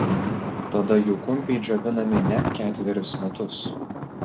tada jų kumpiai džiovinami net ketverius metus